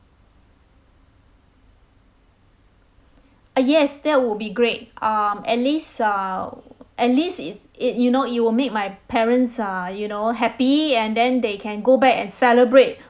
uh yes that would be great um at least uh at least it's it you know it will make my parents err you know happy and then they can go back and celebrate